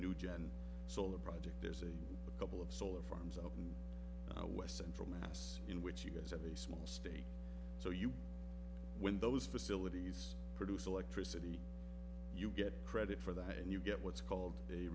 new gen solar project there's a couple of solar farms open west central mass in which you guys have a small stake so you win those facilities produce electricity you get credit for that and you get what's called a